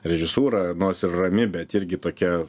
režisūra nors ir rami bet irgi tokia